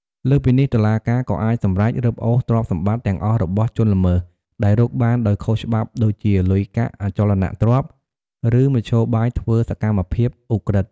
លើសពីនេះ តុលាការក៏អាចសម្រេច រឹបអូសទ្រព្យសម្បត្តិទាំងអស់របស់ជនល្មើសដែលរកបានដោយខុសច្បាប់ដូចជា លុយកាក់ អចលនទ្រព្យ ឬមធ្យោបាយធ្វើសកម្មភាពឧក្រិដ្ឋ។